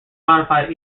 modified